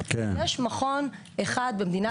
יש את המשרד לביטחון הפנים.